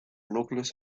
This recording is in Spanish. núcleos